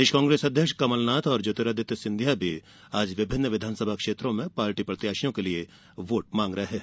प्रदेश कांग्रेस अध्यक्ष कमलनाथ और ज्योतिरादित्य सिंधिया भी आज विभिन्न विधानसभा क्षेत्रों में पार्टी प्रत्याशियों के लिए वोट मांग रहे हैं